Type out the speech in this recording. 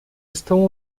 estão